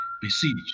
besieged